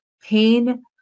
pain